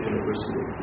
University